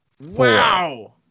Wow